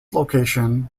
location